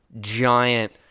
giant